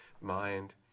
mind